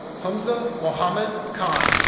humsa mohammed khan,